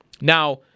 Now